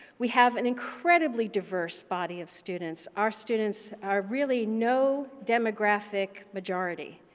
we have an incredibly diverse body of students. our students are really no demographic majority.